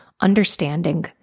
understanding